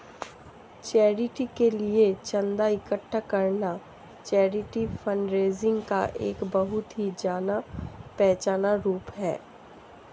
charity के लिए चंदा इकट्ठा करना चैरिटी फंडरेजिंग का एक बहुत ही जाना पहचाना रूप है